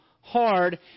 hard